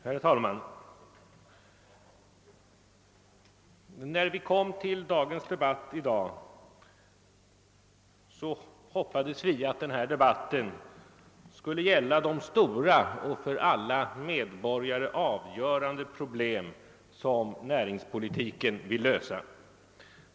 Herr talman! När vi kom till dagens debatt hoppades vi att den skulle gälla de stora och för alla medborgare avgörande problem som näringspolitiken vill lösa.